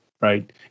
right